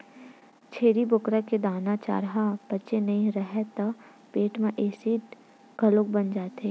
छेरी बोकरा के दाना, चारा ह पचे नइ राहय त पेट म एसिड घलो बन जाथे